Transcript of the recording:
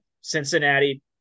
Cincinnati